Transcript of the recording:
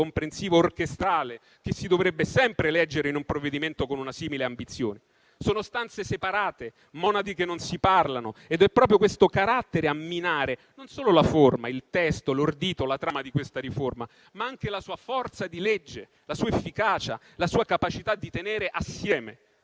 comprensivo e orchestrale che si dovrebbe sempre leggere in un provvedimento con una simile ambizione. Sono stanze separate, monadi che non si parlano, ed è proprio questo carattere a minare non solo la forma, il testo, l'ordito e la trama di questa riforma, ma anche la sua forza di legge, la sua efficacia e la sua capacità di tenere assieme.